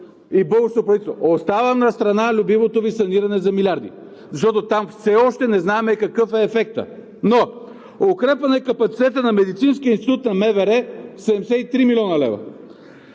и българското правителство? Оставам настрана любимото Ви саниране за милиарди, защото там все още не знаем какъв е ефектът, но: укрепване на капацитета на Медицинския институт на МВР – 73 млн. лв.;